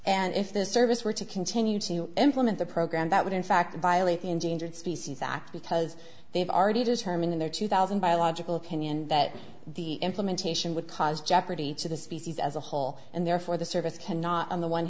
and if the service were to continue to implement the program that would in fact violate the endangered species act because they've already determined in their two thousand biological opinion that the implementation would cause jeopardy to the species as a whole and therefore the service cannot on the one